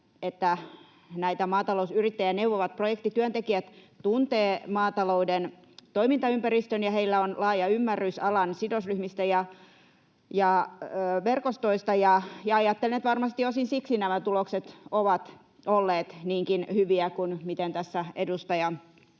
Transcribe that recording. että näitä maatalousyrittäjiä neuvovat projektityöntekijät tuntevat maatalouden toimintaympäristön ja heillä on laaja ymmärrys alan sidosryhmistä ja verkostoista. Ajattelen, että varmasti osin siksi nämä tulokset ovat olleet niinkin hyviä kuin miten tässä edustaja edellä